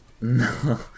No